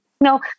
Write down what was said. No